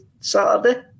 Saturday